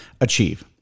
achieve